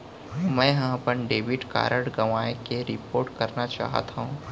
मै हा अपन डेबिट कार्ड गवाएं के रिपोर्ट करना चाहत हव